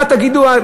מה תגידו?